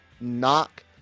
knock